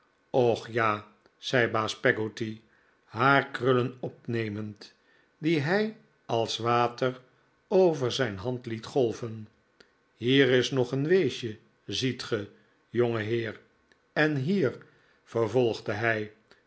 och ja zei baas peggotty haar krullen opnemend die hij als water over zijn hand liet golven hier is nog een weesje ziet ge jongeheer en hier vervolgde hij